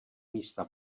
místa